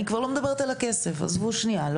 אני כבר לא מדברת על הכסף, עזבו שנייה.